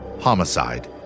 Homicide